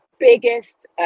biggest